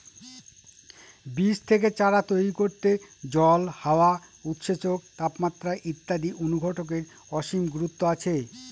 বীজ থেকে চারা তৈরি করতে জল, হাওয়া, উৎসেচক, তাপমাত্রা ইত্যাদি অনুঘটকের অসীম গুরুত্ব আছে